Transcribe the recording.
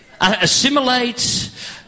assimilate